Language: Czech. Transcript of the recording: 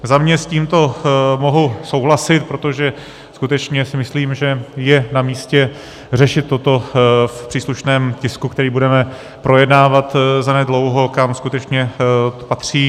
Za mě s tímto mohu souhlasit, protože skutečně si myslím, že je namístě řešit toto v příslušném tisku, který budeme projednávat zanedlouho, kam skutečně patří.